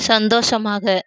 சந்தோஷமாக